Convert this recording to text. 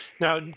Now